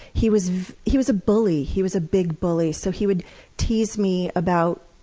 he was he was a bully, he was a big bully. so he would tease me about,